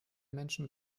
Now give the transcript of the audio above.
menschen